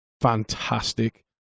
fantastic